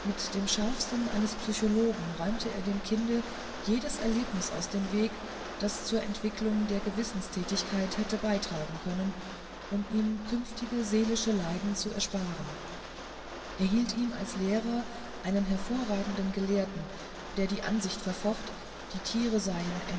dem scharfsinn eines psychologen räumte er dem kinde jedes erlebnis aus dem wege das zur entwicklung der gewissenstätigkeit hätte beitragen können um ihm künftige seelische leiden zu ersparen er hielt ihm als lehrer einen hervorragenden gelehrten der die ansicht verfocht die tiere seien